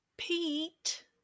Pete